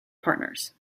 partners